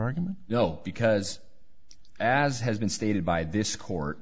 argument no because as has been stated by this court